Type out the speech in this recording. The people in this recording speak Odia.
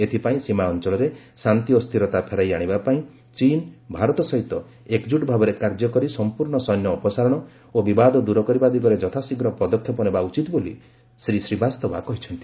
ଏଥିପାଇଁ ସୀମା ଅଞ୍ଚଳରେ ଶାନ୍ତି ଓ ସ୍ଥିରତା ଫେରାଇ ଆଶିବାପାଇଁ ଚୀନ୍ ଭାରତ ସହିତ ଏକଜୁଟ୍ ଭାବରେ କାର୍ଯ୍ୟ କରି ସମ୍ପର୍ଷ ସୈନ୍ୟ ଅପସାରଣ ଓ ଉତ୍ତେଜନା ହ୍ରାସ କରିବା ଦିଗରେ ଯଥାଶୀଘ୍ର ପଦକ୍ଷେପ ନେବା ଉଚିତ ବୋଲି ଶ୍ରୀ ଶ୍ରୀବାସ୍ତବା କହିଚ୍ଛନ୍ତି